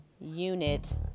unit